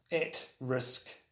at-risk